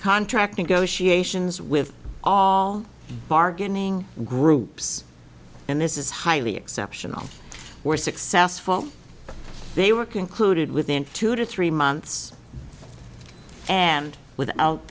contract negotiations with all bargaining groups and this is highly exceptional were successful they were concluded within two to three months and without